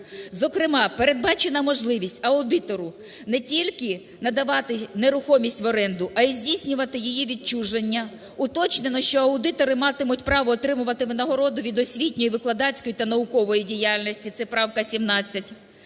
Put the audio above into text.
"Зокрема, передбачена можливість аудитору не тільки надавати нерухомість в оренду, а і здійснювати її відчуження… Уточнено, що аудитори матимуть право отримувати винагороду від освітньої, викладацької та наукової діяльності. Це правка 17.